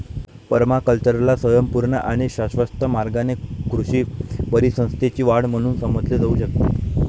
पर्माकल्चरला स्वयंपूर्ण आणि शाश्वत मार्गाने कृषी परिसंस्थेची वाढ म्हणून समजले जाऊ शकते